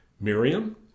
Miriam